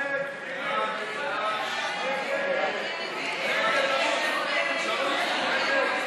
ההצעה להעביר את הנושא לוועדה לא נתקבלה.